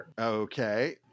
Okay